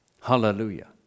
Hallelujah